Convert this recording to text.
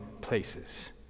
places